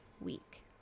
week